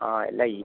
ആ അല്ല ഈ